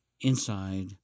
inside